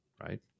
Right